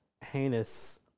heinous